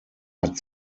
hat